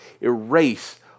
erase